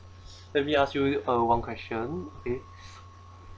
let me ask you uh one question okay